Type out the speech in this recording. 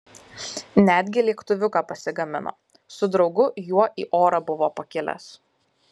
netgi lėktuviuką pasigamino su draugu juo į orą buvo pakilęs